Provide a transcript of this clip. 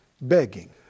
begging